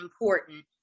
important